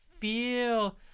Feel